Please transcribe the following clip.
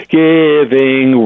giving